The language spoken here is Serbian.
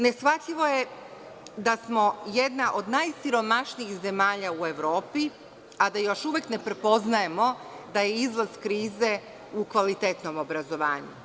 Ne shvatljivo je da smo jedna od najsiromašnijih zemalja u Evropi, a da još uvek ne prepoznajemo i da je izlaz krize u kvalitetnom obrazovanju.